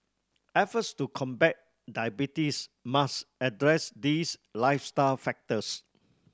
efforts to combat diabetes must address these lifestyle factors